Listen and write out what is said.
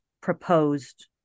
proposed